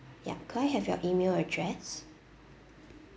ya could I have your email address